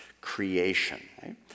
creation